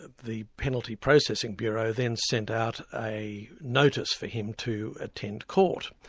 the penalty processing bureau then sent out a notice for him to attend court.